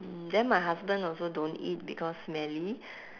mm then my husband also don't eat because smelly